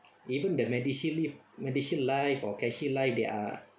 even the MediShield live MediShield Life or CareShield Life they are